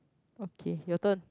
okay your turn